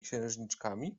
księżniczkami